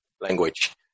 language